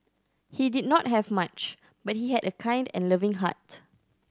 he did not have much but he had a kind and loving heart